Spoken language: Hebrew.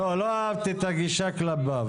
לא, לא אהבתי את הגישה כלפיו.